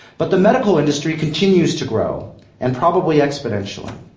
but the medical industry continues to grow and probably exponentially.